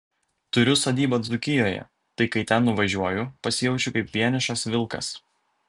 turiu sodybą dzūkijoje tai kai ten nuvažiuoju pasijaučiu kaip vienišas vilkas